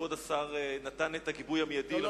וכבוד השר נתן את הגיבוי המיידי למשטרה.